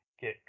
get